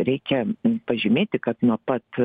reikia pažymėti kad nuo pat